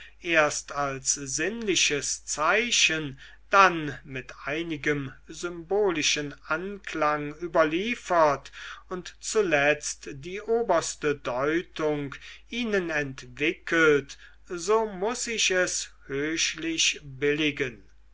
erst als sinnliches zeichen dann mit einigem symbolischen anklang überliefert und zuletzt die oberste deutung ihnen entwickelt so muß ich es höchlich billigen